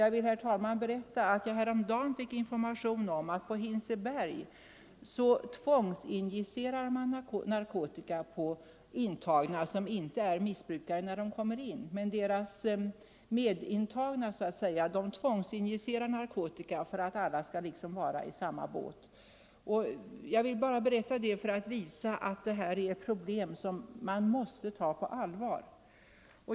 Jag fick häromdagen information om att de intagna narkotikamissbrukarna på Hinseberg tvångsinjicerar narkotika på nyintagna som inte är missbrukare för att så att säga alla skall vara i samma båt. Det visar att det här är ett problem som måste tas på allvar.